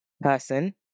person